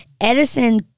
Edison